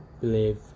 believe